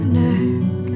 neck